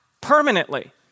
permanently